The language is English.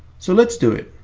so, let's do it!